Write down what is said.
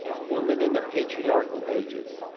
woman in the patriarchal ages.